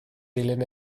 dilyn